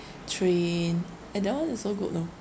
train eh that [one] is also good you know